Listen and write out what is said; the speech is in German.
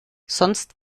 sonst